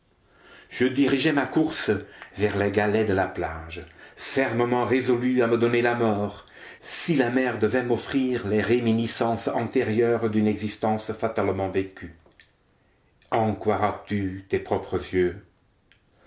je dirigeai ma course vers les galets de la plage fermement résolu à me donner la mort si la mer devait m'offrir les réminiscences antérieures d'une existence fatalement vécue en croiras tu tes propres yeux